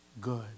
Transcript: good